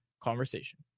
Conversation